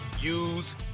use